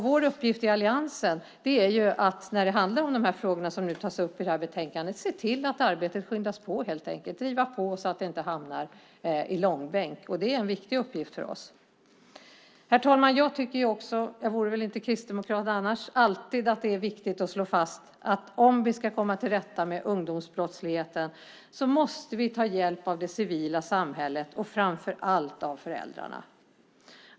Vår uppgift i alliansen när det handlar om de frågor som tas upp i detta betänkande är helt enkelt att se till att arbetet skyndas på, att driva på så att det inte hamnar i långbänk. Det är en viktig uppgift för oss. Herr talman! Jag tycker också - jag vore väl inte kristdemokrat annars - att det är viktigt att slå fast att om vi ska komma till rätta med ungdomsbrottsligheten måste vi ta hjälp av det civila samhället, framför allt av föräldrarna.